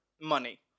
money